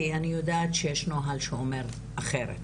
כי אני יודעת שיש נוהל שאומר אחרת.